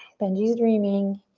benji's dreaming.